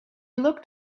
looked